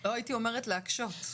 לא הייתי אומרת להקשות.